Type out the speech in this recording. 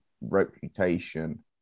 reputation